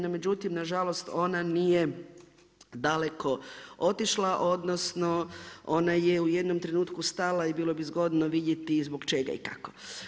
No međutim, na žalost ona nije daleko otišla, odnosno ona je u jednom trenutku stala i bilo bi zgodno vidjeti zbog čega i kako.